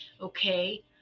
okay